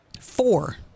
four